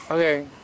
Okay